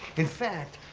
in fact,